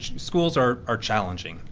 schools are are challenging.